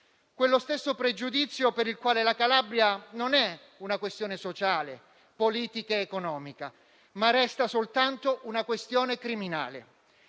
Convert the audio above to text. quello stesso pregiudizio per il quale la Calabria non è una questione sociale, politica ed economica, ma resta soltanto una questione criminale